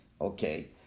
Okay